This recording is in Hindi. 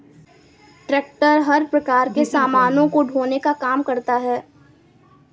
ट्रेक्टर हर प्रकार के सामानों को ढोने का काम करता है